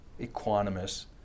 equanimous